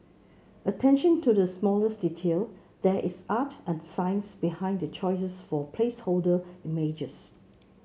attention to the smallest detail There is art and science behind the choices for placeholder images